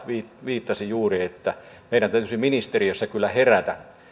viittasi juuri että meidän täytyisi ministeriössä kyllä herätä